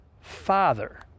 father